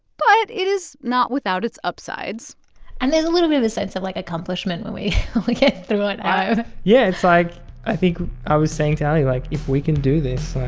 but it is not without its upsides and there's a little bit of a sense of, like, accomplishment when we get through it now yeah, it's like i think i was saying to ellie, like, if we can do this,